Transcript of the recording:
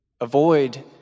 Avoid